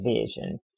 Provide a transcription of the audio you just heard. vision